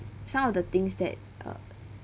some of the things that uh